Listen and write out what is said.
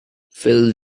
fill